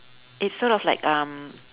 it's sort of like um